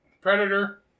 Predator